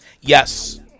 yes